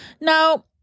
Now